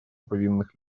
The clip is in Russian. повинных